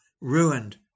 ruined